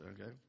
okay